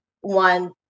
one